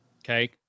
Okay